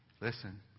Listen